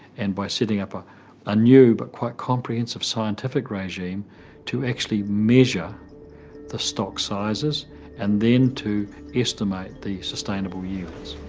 and by setting up a ah new, but quite comprehensive, scientific regime to actually measure the stock sizes and then to estimate the sustainable yields.